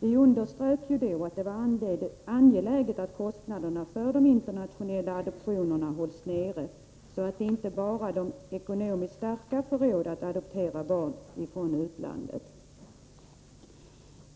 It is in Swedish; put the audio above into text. Vi underströk då att det var angeläget att kostnaderna för de internationella adoptionerna hålls nere, så att inte bara de ekonomiskt starka får råd att adoptera barn från utlandet.